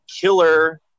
killer